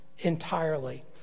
entirely